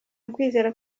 ukwizera